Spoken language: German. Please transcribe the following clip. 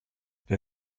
der